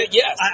yes